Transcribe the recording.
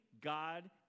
God